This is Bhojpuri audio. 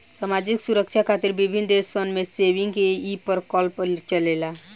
सामाजिक सुरक्षा खातिर विभिन्न देश सन में सेविंग्स के ई प्रकल्प चलेला